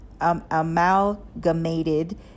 amalgamated